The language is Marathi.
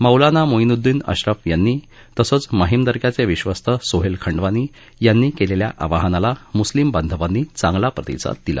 मौलाना मोईनुद्दीन आश्रफ यांनी तसंच माहिम दर्ग्याचे विश्वस्त सोहेल खंडवानी यांनी केलेल्या आवाहनाला मुस्लिम बांधवांनी चांगला प्रतिसाद दिला